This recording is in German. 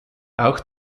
auch